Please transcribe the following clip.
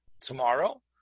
tomorrow